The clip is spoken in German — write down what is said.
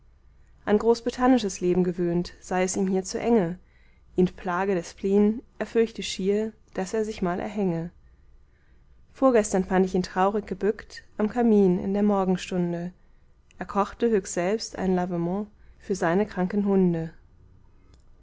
an großbritannisches leben gewöhnt sei es ihm hier zu enge ihn plage der spleen er fürchte schier daß er sich mal erhänge vorgestern fand ich ihn traurig gebückt am kamin in der morgenstunde er kochte höchstselbst ein lavement für seine kranken hunde